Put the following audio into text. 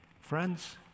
Friends